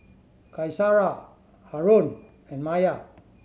Qaisara Haron and Maya